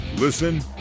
Listen